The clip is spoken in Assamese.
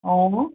অঁ